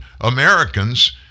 Americans